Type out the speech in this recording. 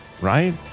right